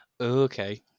Okay